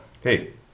hey